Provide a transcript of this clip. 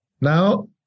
Now